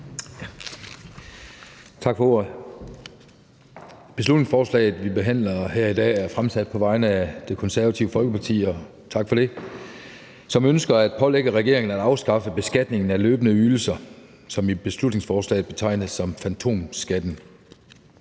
Tak for ordet. Beslutningsforslaget, som vi behandler her i dag, er fremsat af Det Konservative Folkeparti, og tak for det, som ønsker at pålægge regeringen at afskaffe beskatningen af løbende ydelser, som i beslutningsforslaget betegnes som fantomskatten.